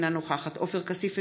אינה נוכחת עופר כסיף,